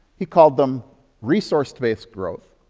he called them resource-based growth,